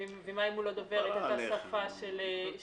ומה אם הוא לא דובר את אותה שפה של הנהג,